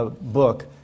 book